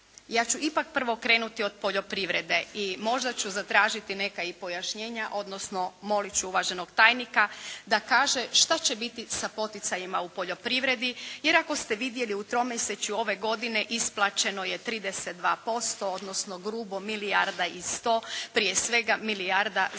Ja ću ipak prvo krenuti od poljoprivrede i možda ću zatražiti neka i pojašnjenja odnosno molit ću uvaženog tajnika da kaže šta će biti sa poticajima u poljoprivredi jer ako ste vidjeli u tromjesečju ove godine isplaćeno je 32% odnosno grubo milijarda i 100, prije svega milijarda za